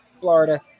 florida